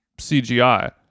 CGI